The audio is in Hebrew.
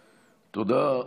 תודה.